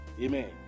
Amen